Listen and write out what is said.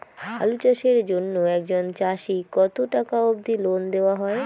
আলু চাষের জন্য একজন চাষীক কতো টাকা অব্দি লোন দেওয়া হয়?